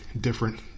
different